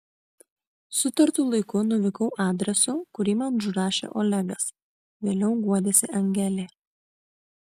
sutartu laiku nuvykau adresu kurį man užrašė olegas vėliau guodėsi angelė